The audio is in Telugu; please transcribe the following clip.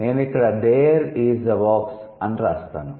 నేను ఇక్కడ 'దేర్ ఈజ్ ఎ బాక్స్' అని వ్రాస్తాను